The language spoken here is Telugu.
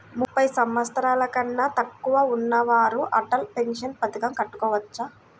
ముప్పై సంవత్సరాలకన్నా తక్కువ ఉన్నవారు అటల్ పెన్షన్ పథకం కట్టుకోవచ్చా?